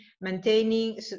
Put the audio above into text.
maintaining